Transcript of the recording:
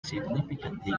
significantly